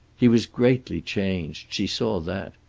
he was greatly changed. she saw that.